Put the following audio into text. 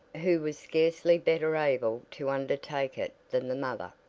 who was scarcely better able to undertake it than the mother.